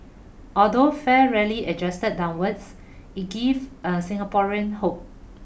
although fare rarely adjusted downwards it give a Singaporean hope